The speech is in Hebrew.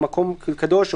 מקום קדוש,